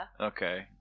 Okay